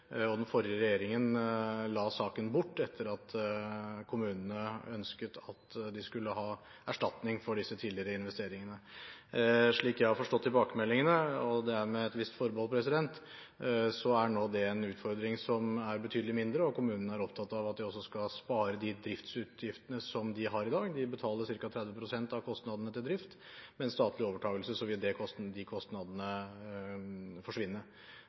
Den forrige regjeringen la saken bort etter at kommunene ønsket at de skulle ha erstatning for disse tidligere investeringene. Slik jeg har forstått tilbakemeldingene, og det er med et visst forbehold, er det nå en utfordring som er betydelig mindre, og kommunene er opptatt av at de også skal spare de driftsutgiftene som de har i dag. De betaler ca. 30 pst. av kostnadene til drift. Ved en statlig overtakelse vil de kostnadene forsvinne.